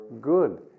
good